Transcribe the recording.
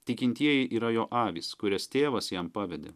tikintieji yra jo avys kurias tėvas jam pavedė